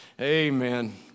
Amen